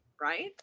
right